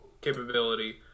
capability